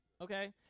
okay